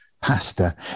Pasta